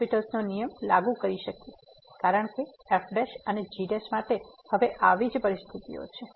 હોસ્પિટલL'Hospital's નો નિયમ લાગુ કરી શકીએ કારણ કે f' અને g' માટે હવે આવી જ પરિસ્થિતિઓ છે